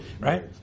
right